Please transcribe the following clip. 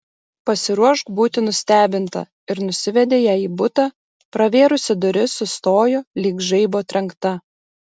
pasiruošk būti nustebinta ir nusivedė ją į butą pravėrusi duris sustojo lyg žaibo trenkta